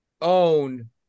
own